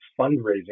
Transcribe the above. fundraising